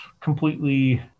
completely